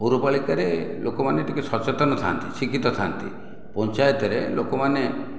ପୌରପାଳିକାର ଲୋକମାନେ ଟିକିଏ ସଚେତନ ଥାଆନ୍ତି ଶିକ୍ଷିତ ଥାଆନ୍ତି ପଞ୍ଚାୟତରେ ଲୋକମାନେ